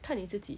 看你自己